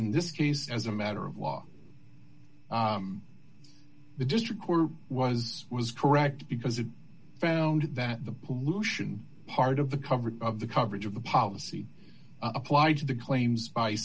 in this case as a matter of law the district court was was correct because it found that the pollution part of the coverage of the coverage of the policy applied to the claims by